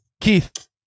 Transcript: Keith